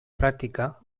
pràctica